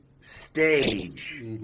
stage